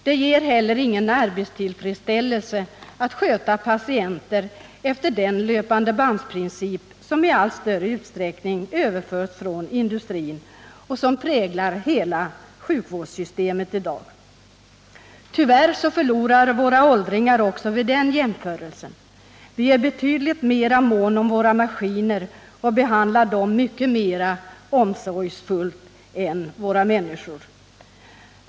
Det ger heller ingen arbetstillfredsställelse att sköta patienter efter den löpandebandsprincip som i allt större utsträckning överförts från industrin och som präglar hela sjukvårdssystemet i dag. Tyvärr förlorar våra åldringar också vid den jämförelsen. Vi är betydligt mera måna om våra maskiner och behandlar dem mycket mera omsorgsfullt än människor.